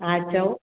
हा चओ